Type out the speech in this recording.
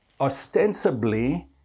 ostensibly